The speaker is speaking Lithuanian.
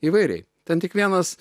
įvairiai ten tik vienas